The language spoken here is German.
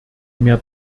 mehr